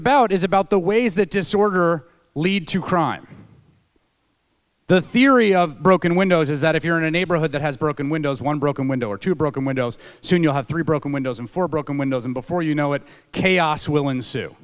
about is about the ways that disorder lead to crime the theory of broken windows is that if you're in a neighborhood that has broken windows one broken window or two broken windows soon you'll have three broken windows and four broken windows and before you know it chaos will